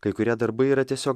kai kurie darbai yra tiesio